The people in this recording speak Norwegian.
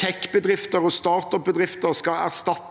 tech-bedrifter og startup-bedrifter skal erstatte